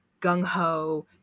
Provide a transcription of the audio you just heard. gung-ho